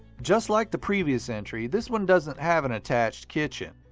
just like the previous entry, this one doesn't have an attached kitchen,